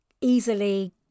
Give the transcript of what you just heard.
easily